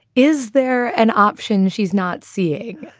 is there an option? she's not seeing?